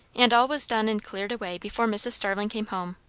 and all was done and cleared away before mrs. starling came home.